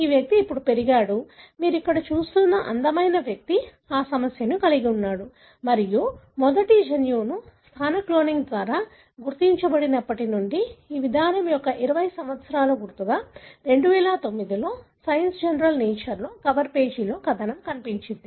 ఈ వ్యక్తి ఇప్పుడు పెరిగాడు మీరు ఇక్కడ చూస్తున్న అందమైన వ్యక్తి ఆ సమస్యను కలిగి ఉన్నాడు మరియు మొదటి జన్యువు స్థాన క్లోనింగ్ ద్వారా గుర్తించబడినప్పటి నుండి ఈ విధానం యొక్క 20 సంవత్సరాల గుర్తుగా 2009 లో సైన్స్ జర్నల్ నేచర్లో కవర్ పేజీ కథనం కనిపించింది